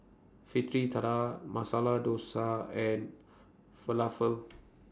Fritada Masala Dosa and Falafel